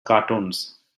cartoons